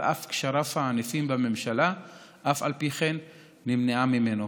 על אף קשריו הענפים בממשלה נמנע ממנו.